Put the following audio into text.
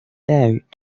out